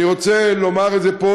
אני רוצה לומר את זה פה,